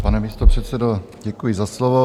Pane místopředsedo, děkuji za slovo.